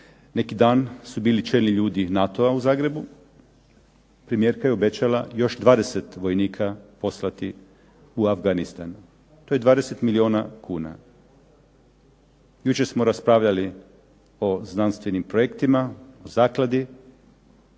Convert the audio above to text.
Neki dan su bili čelni ljudi NATO-a u Zagrebu, premijerka je obećala još 20 vojnika poslati u Afganistan. To je 20 milijuna kuna. Jučer smo raspravljali o znanstvenim projektima o zakladi,